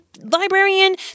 librarian